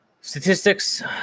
statistics